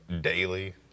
daily